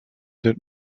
that